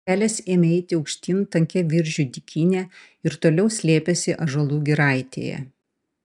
kelias ėmė eiti aukštyn tankia viržių dykyne o toliau slėpėsi ąžuolų giraitėje